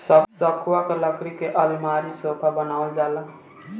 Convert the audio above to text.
सखुआ के लकड़ी के अलमारी, सोफा बनावल जाला